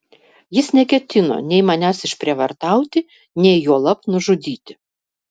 jis neketino nei manęs išprievartauti nei juolab nužudyti